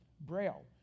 Braille